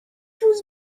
روز